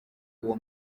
uwo